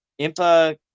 Impa